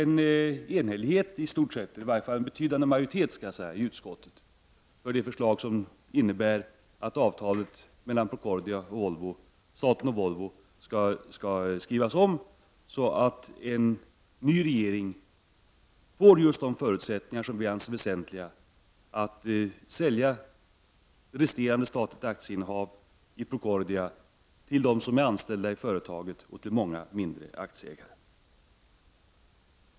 Det blev då en betydande majoritet i utskottet för att det förslag som innebär att avtalet mellan staten och Volvo skall skrivas om så att en ny regering får de förutsättningar som vi anser vara väsentliga, dvs. att kunna sälja resterande statligt aktieinnehav i Procordia till dem som är anställda i företaget och till många mindre aktieägare.